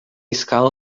escala